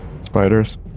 Spiders